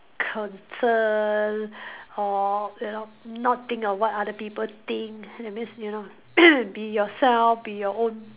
concern or you know not think of what other people think that means you know be yourself be your own